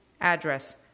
Address